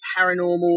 paranormal